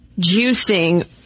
juicing